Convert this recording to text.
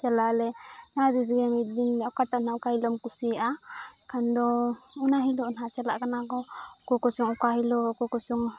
ᱪᱟᱞᱟᱜ ᱟᱞᱮ ᱡᱟᱦᱟᱸ ᱛᱤᱥᱜᱮ ᱢᱤᱫ ᱫᱤᱱ ᱚᱠᱟᱴᱟᱜ ᱨᱮᱱᱟᱜ ᱚᱠᱟ ᱦᱤᱞᱳᱜ ᱮᱢ ᱠᱩᱥᱤᱭᱟᱜᱼᱟ ᱮᱱᱠᱷᱟᱱ ᱫᱚ ᱚᱱᱟ ᱦᱤᱞᱳᱜ ᱱᱟᱦᱟᱜ ᱪᱟᱞᱟᱜ ᱠᱟᱱᱟ ᱠᱚ ᱚᱠᱚᱭ ᱠᱚᱪᱚᱝ ᱚᱠᱟ ᱦᱤᱞᱳᱜ ᱚᱠᱚᱭ ᱠᱚᱪᱚᱝ